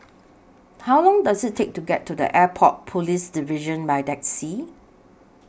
How Long Does IT Take to get to The Airport Police Division By Taxi